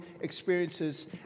experiences